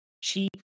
cheap